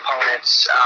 opponents